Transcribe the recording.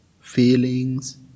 feelings